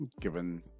Given